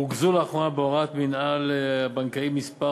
רוכזו לאחרונה בהוראת ניהול בנקאי מס'